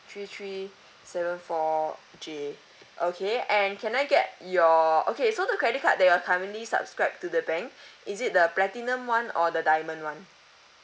three three seven four J okay and can I get your okay so the credit card that you are currently subscribe to the bank is it the platinum [one] or the diamond [one]